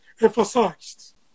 emphasized